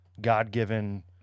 God-given